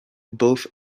both